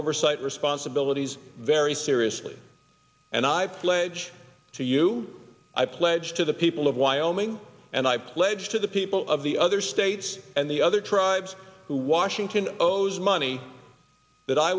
oversight responsibilities very seriously and i pledge to you i pledge to the people of wyoming and i pledge to the people of the other states and the other tribes who washington owes money